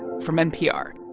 from npr